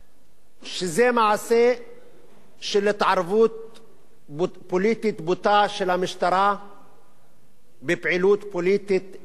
שזה מעשה של התערבות פוליטית בוטה של המשטרה בפעילות פוליטית לגיטימית,